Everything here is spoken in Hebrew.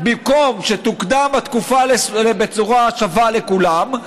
במקום שתוקדם התקופה בצורה שווה לכולם,